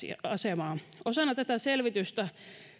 asemaa osana tätä selvitystä